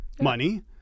money